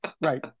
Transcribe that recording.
Right